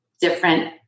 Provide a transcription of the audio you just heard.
different